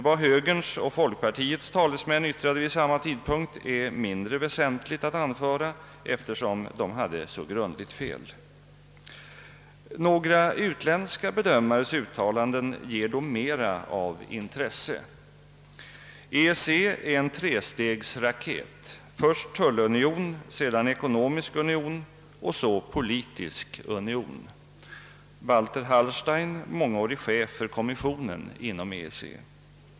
Vad högerns och folkpartiets talesmän yttrade vid samma tidpunkt är mindre väsentligt att anföra, eftersom de hade så grundligt fel. Några utländska bedömares uttalanden ger då mera av intresse. »EEC är en trestegsraket — först tullunion, sedan ekonomisk union och så politisk union.» — Walter Hallstein, mångårig chef för Kommissionen inom EEC.